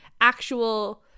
actual